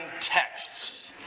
texts